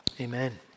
amen